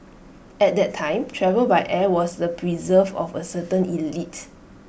at that time travel by air was A preserve of A certain elite